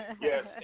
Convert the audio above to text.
yes